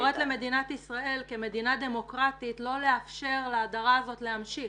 אני קוראת למדינת ישראל כמדינה דמוקרטית לא לאפשר להדרה הזאת להמשיך.